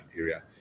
area